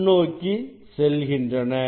முன் நோக்கி செல்கின்றன